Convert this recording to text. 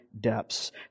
depths